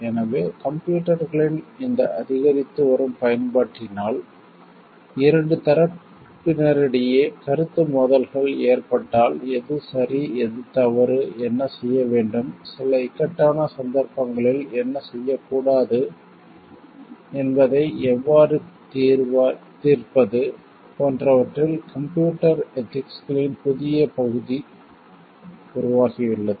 எனவே கம்ப்யூட்டர்களின் இந்த அதிகரித்து வரும் பயன்பாட்டினால் 2 தரப்பினரிடையே கருத்து மோதல்கள் ஏற்பட்டால் எது சரி எது தவறு என்ன செய்ய வேண்டும் சில இக்கட்டான சந்தர்ப்பங்களில் என்ன செய்யக்கூடாது செய்யக் கூடாது என்பதை எவ்வாறு தீர்ப்பது போன்றவற்றில் கம்ப்யூட்டர் எதிக்ஸ்களின் புதிய பகுதி உருவாகியுள்ளது